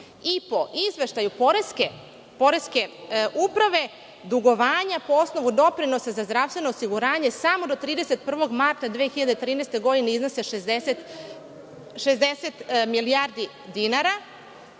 Po izveštaju poreske uprave dugovanja po osnovu doprinosa za zdravstveno osiguranje samo do 31. marta 2013. godine iznosi 60 milijardi dinara